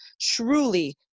truly